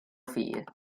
feed